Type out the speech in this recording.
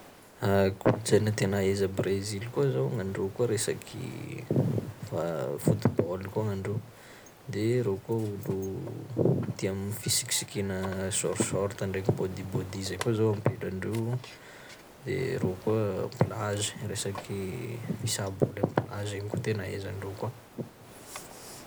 Kolontsaina tena ahaiza Brezily koa zao gn'andreo koa resaky fa- foot-ball koa gn'andreo, de reo koa olo tia m- fisikisikina shor-short ndraiky bôdy-bôdy zay koa zao ampelandreo, de reo koa plage, resaky fisaboly am' plage egny koa tena ahaiza andreo koa.